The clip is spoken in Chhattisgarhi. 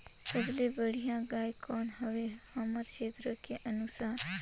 सबले बढ़िया गाय कौन हवे हमर क्षेत्र के अनुसार?